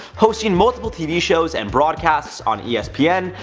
hosting multiple tv shows and broadcasts on yeah espn,